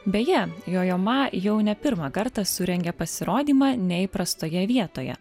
beje jojo ma jau ne pirmą kartą surengia pasirodymą neįprastoje vietoje